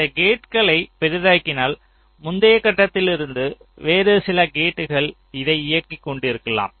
இந்த கேட்களை பெரிதாக்கினால் முந்தைய கட்டத்திலிருந்து வேறு சில கேட்கள் இதை இயக்கி கொண்டிருக்கலாம்